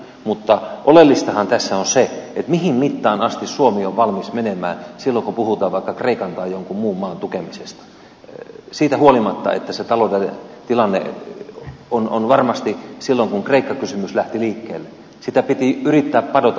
mutta oleellistahan tässä on se mihin mittaan asti suomi on valmis menemään silloin kun puhutaan vaikka kreikan tai jonkun muun maan tukemisesta siitä huolimatta että se taloudellinen tilanne oli varmasti silloin kun kreikka kysymys lähti liikkeelle sellainen että sitä piti yrittää padota jollakin lailla